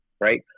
right